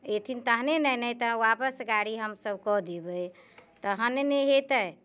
एथिन तहने ने नहि तऽ आपस गाड़ी हमसब कऽ देबय तहने ने होयतै